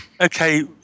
Okay